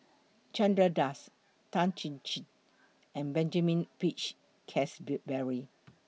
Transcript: Chandra Das Tan Chin Chin and Benjamin Peach Keasberry